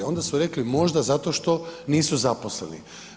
Onda su rekli možda zato što nisu zaposleni.